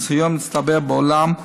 ניסיון מצטבר בעולם: